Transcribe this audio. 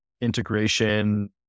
integration